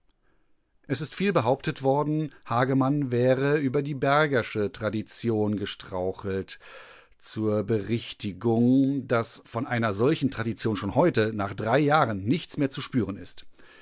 es ist viel behauptet worden hagemann wäre über die bergersche tradition gestrauchelt zur berichtigung daß von einer solchen tradition schon heute nach drei jahren nichts mehr zu spüren ist